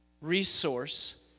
resource